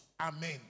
Amen